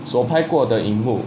所拍过的银幕